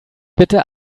bitte